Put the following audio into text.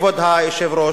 כבוד היושב-ראש,